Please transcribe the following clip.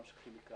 גם של כימיקלים.